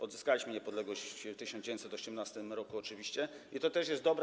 Odzyskaliśmy niepodległość w 1918 r. oczywiście i to też jest dobra.